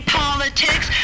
politics